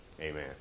Amen